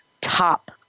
top